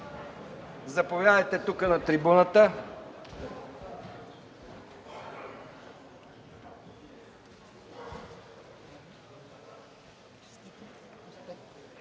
Заповядайте на трибуната.